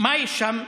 מה יש שם,